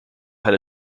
had